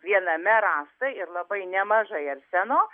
viename rasta ir labai nemažai arseno